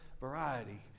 variety